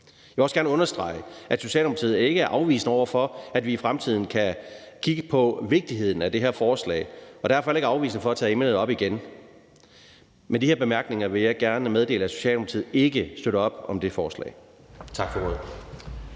Jeg vil også gerne understrege, at Socialdemokratiet ikke er afvisende over for, at vi i fremtiden kan kigge på vigtigheden af det her forslag, og derfor er jeg heller ikke afvisende over for at tage emnet op igen. Med de her bemærkninger vil jeg gerne meddele, at Socialdemokratiet ikke støtter op om det forslag.